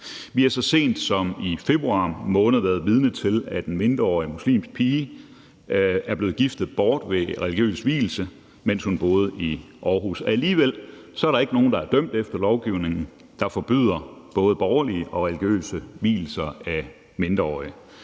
Vi har så sent som i februar måned været vidne til, at en mindreårig muslimsk pige er blevet giftet bort ved en religiøs vielse, mens hun boede i Aarhus. Alligevel er der ikke nogen, der er dømt efter lovgivningen, der forbyder både borgerlige og religiøse vielser af mindreårige.